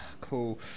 cool